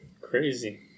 crazy